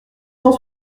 cent